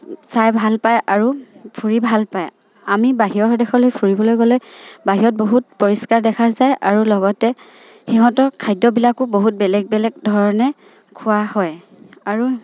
চাই ভালপায় আৰু ফুৰি ভালপায় আমি বাহিৰৰ দেশলৈ ফুৰিবলৈ গ'লে বাহিৰত বহুত পৰিষ্কাৰ দেখা যায় আৰু লগতে সিহঁতৰ খাদ্যবিলাকো বহুত বেলেগ বেলেগ ধৰণে খোৱা হয় আৰু